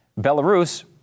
Belarus